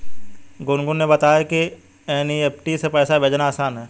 गुनगुन ने बताया कि एन.ई.एफ़.टी से पैसा भेजना आसान है